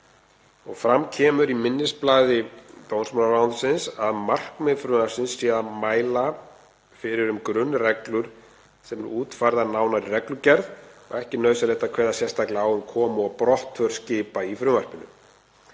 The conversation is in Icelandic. Fram kemur í minnisblaði dómsmálaráðuneytisins að markmið frumvarpsins sé að mæla fyrir um grunnreglur sem eru útfærðar nánar í reglugerð og ekki sé nauðsynlegt að kveða sérstaklega á um komu og brottför skipa í frumvarpinu.